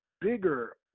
bigger